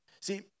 See